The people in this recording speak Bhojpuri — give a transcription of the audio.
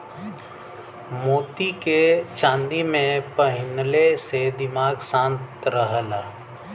मोती के चांदी में पहिनले से दिमाग शांत रहला